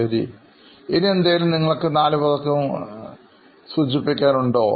ശരി ഇനി എന്തെങ്കിലും നിങ്ങൾ നാലുപേർക്ക് പറയാനുണ്ടോ